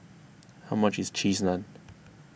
how much is Cheese Naan